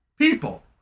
people